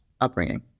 upbringing